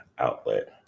outlet